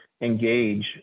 engage